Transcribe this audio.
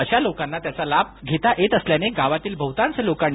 अशा लोकांना याचा लाभ घेता येत असल्याने गावातील बहतांश लोकांनी